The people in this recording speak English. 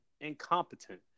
incompetent